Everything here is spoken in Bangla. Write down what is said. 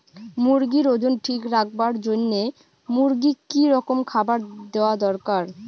মুরগির ওজন ঠিক রাখবার জইন্যে মূর্গিক কি রকম খাবার দেওয়া দরকার?